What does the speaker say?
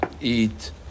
eat